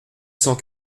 cent